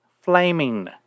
flaming